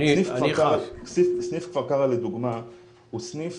סניף כפר קרע לדוגמה הוא סניף